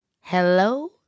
Hello